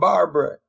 Barbara